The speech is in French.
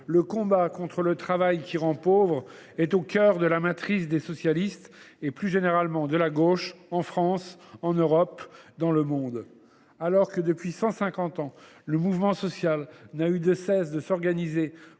le combat contre le travail qui rend pauvre est au cœur de la matrice des socialistes et, plus généralement, de la gauche, en France, en Europe et dans le monde entier. Alors que, depuis cent cinquante ans, le mouvement social n’a eu de cesse de s’organiser